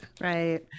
Right